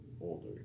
older